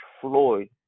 Floyd